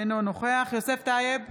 אינו נוכח יוסף טייב,